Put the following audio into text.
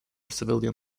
civilian